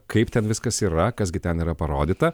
kaip ten viskas yra kas gi ten yra parodyta